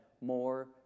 more